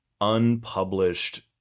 unpublished